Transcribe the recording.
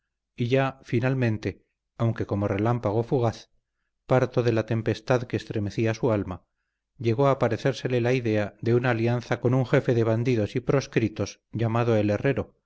y ya finalmente aunque como relámpago fugaz parto de la tempestad que estremecía su alma llegó a aparecérsele la idea de una alianza con un jefe de bandidos y proscritos llamado el herrero